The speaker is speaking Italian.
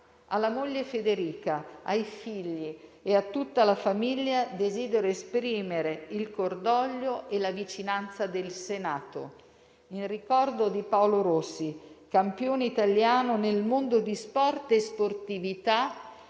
Alla moglie Federica, ai figli e a tutta la famiglia desidero esprimere il cordoglio e la vicinanza del Senato. In ricordo di Paolo Rossi, campione italiano nel mondo di sport e sportività,